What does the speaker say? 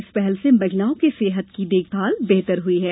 इस पहल से महिलाओं की सेहत की देखभाल बेहतर ह्ई है